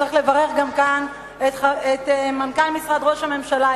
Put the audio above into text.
צריך לברך גם כאן את מנכ"ל משרד ראש הממשלה,